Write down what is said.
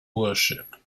worship